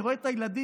אני רואה את הילדים.